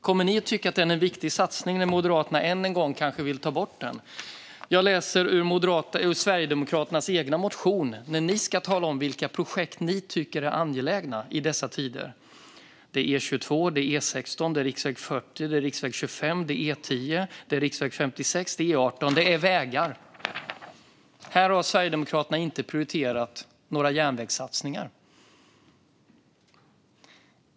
Kommer ni att tycka att det är en viktig satsning när Moderaterna än en gång kanske vill ta bort den? Jag läser ur Sverigedemokraternas egen motion där ni talar om vilka projekt ni tycker är angelägna i dessa tider. Det handlar om E22, E16, riksväg 40, riksväg 25, E10, riksväg 56 och E18 - det är vägar. Här har Sverigedemokraterna inte prioriterat några järnvägssatsningar.